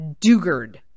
Dugard